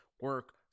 Work